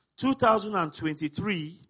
2023